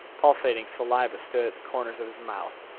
pulsating saliva stood at the corners of his mouth.